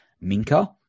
Minka